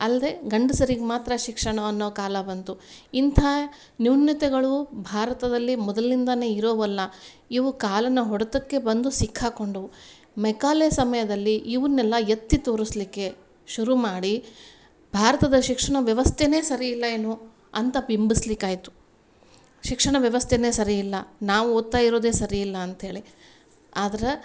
ಅಲ್ದೇ ಗಂಡಸರಿಗೆ ಮಾತ್ರ ಶಿಕ್ಷಣ ಅನ್ನೋ ಕಾಲ ಬಂತು ಇಂಥ ನ್ಯೂನ್ಯತೆಗಳು ಭಾರತದಲ್ಲಿ ಮೊದಲಿನಿಂದಾನೇ ಇರೋವಲ್ಲ ಇವು ಕಾಲನ ಹೊಡೆತಕ್ಕೆ ಬಂದು ಸಿಕ್ಕಾಕೊಂಡವು ಮೆಕಾಲೆ ಸಮಯದಲ್ಲಿ ಇವುನ್ನೆಲ್ಲ ಎತ್ತಿ ತೋರ್ಸಲಿಕ್ಕೆ ಶುರು ಮಾಡಿ ಭಾರತದ ಶಿಕ್ಷಣ ವ್ಯವಸ್ಥೆನೆ ಸರಿಯಿಲ್ಲ ಏನೋ ಅಂತ ಬಿಂಬಿಸ್ಲಿಕ್ಕಾಯಿತು ಶಿಕ್ಷಣ ವ್ಯವಸ್ಥೆನೆ ಸರಿಯಿಲ್ಲ ನಾವು ಓದ್ತಾಯಿರುದೇ ಸರಿಯಿಲ್ಲ ಅಂತ್ಹೇಳಿ ಆದ್ರೆ